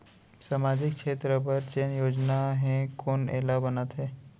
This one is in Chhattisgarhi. सामाजिक क्षेत्र बर जेन योजना हे कोन एला बनाथे?